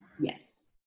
Yes